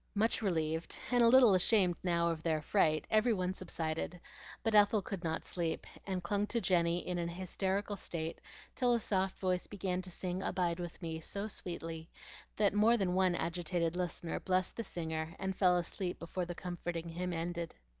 much relieved, and a little ashamed now of their fright, every one subsided but ethel could not sleep, and clung to jenny in an hysterical state till a soft voice began to sing abide with me so sweetly that more than one agitated listener blessed the singer and fell asleep before the comforting hymn ended.